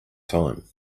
time